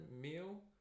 meal